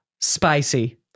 spicy